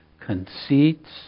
conceits